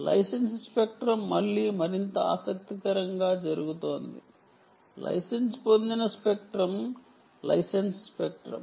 licence spectrum మళ్ళీ మరింత ఆసక్తికరంగా జరుగుతోంది లైసెన్స్ పొందిన స్పెక్ట్రం లైసెన్స్ స్పెక్ట్రం